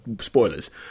spoilers